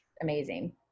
amazing